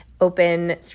open